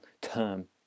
term